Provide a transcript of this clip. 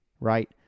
right